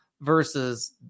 versus